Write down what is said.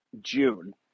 june